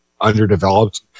underdeveloped